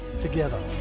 together